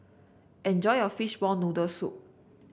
enjoy your Fishball Noodle Soup